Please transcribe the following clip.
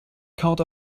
kaute